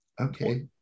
okay